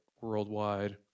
worldwide